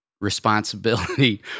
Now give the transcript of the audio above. responsibility